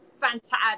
fantastic